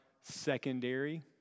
secondary